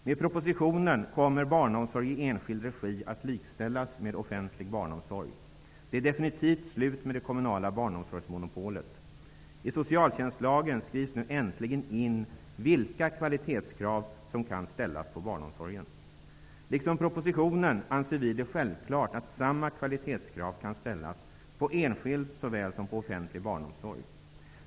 Med propositionen kommer barnomsorg i enskild regi att likställas med offentlig barnomsorg. Det är definitivt slut med det kommunala barnomsorgsmonopolet. I socialtjänstlagen skrivs äntligen in vilka kvalitetskrav som kan ställas på barnomsorgen. I enlighet med propositionen anser vi det självklart att samma kvalitetskrav kan ställas på såväl enskild som offentlig barnomsorg.